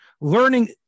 Learning